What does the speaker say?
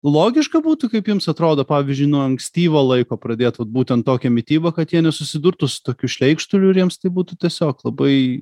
logiška būtų kaip jums atrodo pavyzdžiui nuo ankstyvo laiko pradėt vat būtent tokią mitybą kad jie nesusidurtų su tokiu šleikštuliu ir jiems tai būtų tiesiog labai